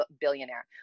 billionaire